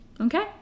okay